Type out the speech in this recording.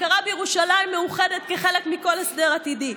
הכרה בירושלים מאוחדת כחלק מכל הסדר עתידי,